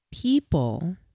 people